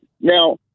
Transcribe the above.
now